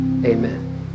Amen